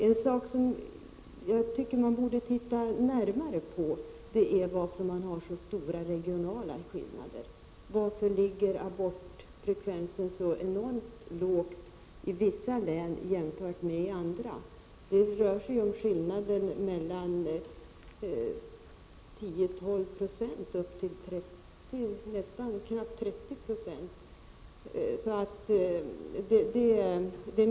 En sak som man borde titta närmare på är de stora regionala skillnaderna. Varför ligger abortfrekvensen så lågt i vissa län jämfört med i andra? Det rör sig om skillnader på 10-12 26 och ända upp till 30 26.